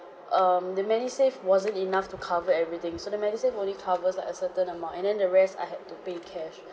um the medisave wasn't enough to cover everything so the medisave only covers like a certain amount and then the rest I had to pay cash